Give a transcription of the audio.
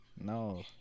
No